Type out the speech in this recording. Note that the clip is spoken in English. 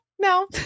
no